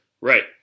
Right